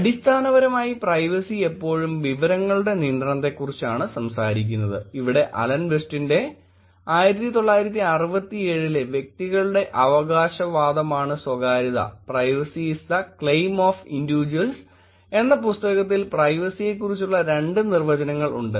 അടിസ്ഥാനപരമായി പ്രൈവസി എപ്പോഴും വിവരങ്ങളുടെ നിയന്ത്രണത്തെക്കുറിച്ചാണ് സംസാരിക്കുന്നത് ഇവിടെ അലൻ വെസ്റ്റിന്റെ 1967ലെ വ്യക്തികളുടെ അവകാശവാദമാണ് സ്വകാര്യത എന്ന പുസ്തകത്തിൽ പ്രൈവസിയെക്കുറിച്ചുള്ള രണ്ട് നിർവചനങ്ങൾ ഉണ്ട്